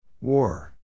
War